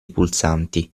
pulsanti